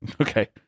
okay